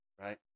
right